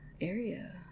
area